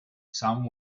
some